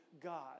God